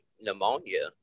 pneumonia